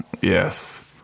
Yes